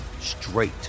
straight